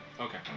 Okay